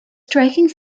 striking